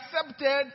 accepted